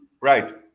Right